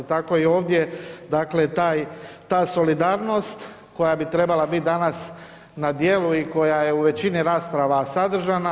Tako i ovdje ta solidarnost koja bi trebala biti danas na djelu i koja je u većini rasprava sadržana.